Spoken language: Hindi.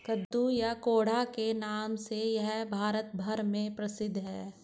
कद्दू या कोहड़ा के नाम से यह भारत भर में प्रसिद्ध है